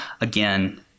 again